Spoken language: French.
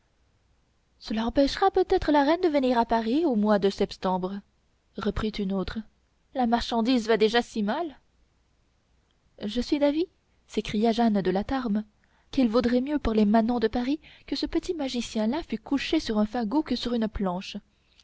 cela empêchera peut-être la reine de venir à paris au mois de septembre reprit une autre la marchandise va déjà si mal je suis d'avis s'écria jehanne de la tarme qu'il vaudrait mieux pour les manants de paris que ce petit magicien là fût couché sur un fagot que sur une planche